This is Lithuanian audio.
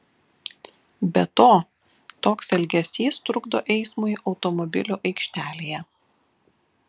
be to toks elgesys trukdo eismui automobilių aikštelėje